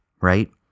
right